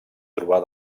trobar